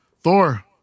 Thor